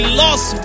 lost